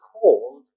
called